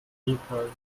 nepal